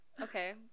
Okay